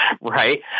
right